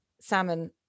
Salmon